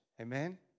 Amen